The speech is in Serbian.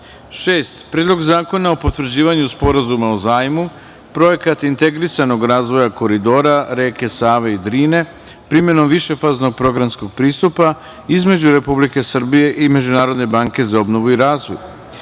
razvoj, Predlog zakona o potvrđivanju Sporazuma o zajmu (Projekat integrisanog razvoja koridora reke Save i Drine primenom višefaznog programskog pristupa) između Republike Srbije i Međunarodne banke za obnovu i